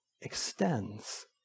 extends